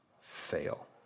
fail